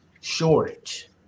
shortage